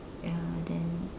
ya then